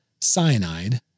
cyanide